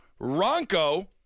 Ronco